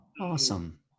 awesome